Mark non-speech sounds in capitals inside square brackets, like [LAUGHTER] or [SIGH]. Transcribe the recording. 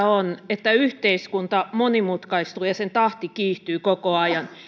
[UNINTELLIGIBLE] on että yhteiskunta monimutkaistuu ja sen tahti kiihtyy koko ajan